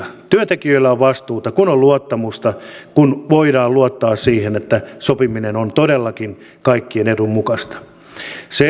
työntekijöillä on vastuuta kun on luottamusta kun voidaan luottaa siihen että sopiminen on todellakin kaikkien edun mukaista